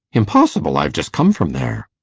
impossible! i've just come from there.